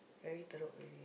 very teruk already